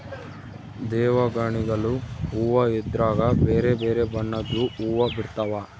ದೇವಗಣಿಗಲು ಹೂವ್ವ ಇದ್ರಗ ಬೆರೆ ಬೆರೆ ಬಣ್ಣದ್ವು ಹುವ್ವ ಬಿಡ್ತವಾ